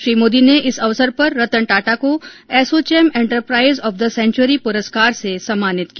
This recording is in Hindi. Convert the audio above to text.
श्री मोदी ने इस अवसर पर रतन टाटा को ASSOCHAM enterprise of the century पुरस्कार से सम्मानित किया